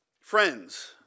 Friends